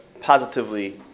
positively